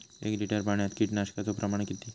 एक लिटर पाणयात कीटकनाशकाचो प्रमाण किती?